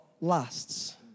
lasts